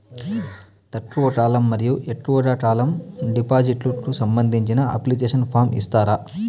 తక్కువ కాలం మరియు ఎక్కువగా కాలం డిపాజిట్లు కు సంబంధించిన అప్లికేషన్ ఫార్మ్ ఇస్తారా?